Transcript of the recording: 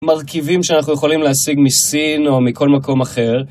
מרכיבים שאנחנו יכולים להשיג מסין או מכל מקום אחר.